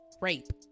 rape